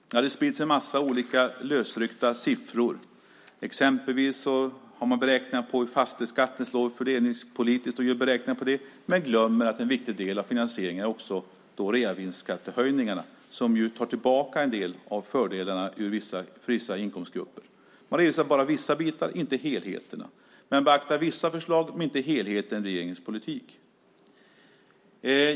Det har spritts en massa olika lösryckta siffror. Exempelvis har man beräknat hur fastighetsskatten slår fördelningspolitiskt, men man glömmer att en viktig del av finansieringen av sänkningen av fastighetsskatten är höjningen av reavinsten. Där tas en del av fördelarna tillbaka från de grupper som gynnas av den sänkta fastighetsskatten. Man registrerar bara vissa delar, inte helheten. Man beaktar vissa förslag, men inte helheten i regeringens politik.